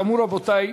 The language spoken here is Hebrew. כאמור, רבותי,